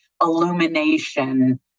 illumination